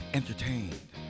entertained